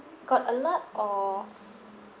got a lot of